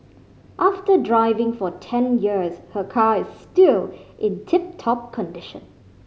after driving for ten years her car is still in tip top condition